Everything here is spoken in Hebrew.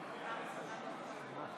אינו